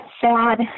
sad